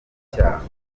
icyaha